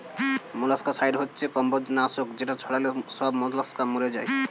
molluscicide হচ্ছে কম্বোজ নাশক যেটা ছড়ালে সব মোলাস্কা মরে যায়